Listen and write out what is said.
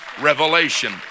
revelation